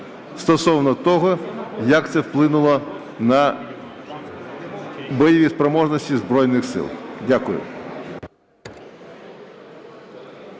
стосовно того, як це вплинуло на бойові спроможності Збройних Сил. Дякую.